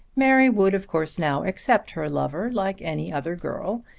mary would of course now accept her lover like any other girl,